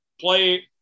Play